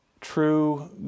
true